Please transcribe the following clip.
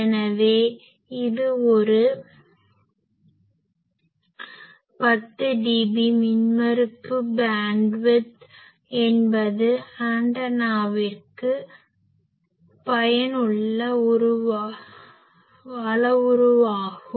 எனவே இது ஒரு 10 dB மின்மறுப்பு பேன்ட்விட்த் என்பது ஆண்டெனாவிற்கு பயனுள்ள அளவுருவாகும்